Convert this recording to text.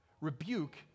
rebuke